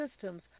systems